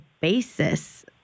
basis